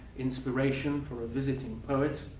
inspiration for a visiting poet.